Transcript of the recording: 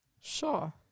sure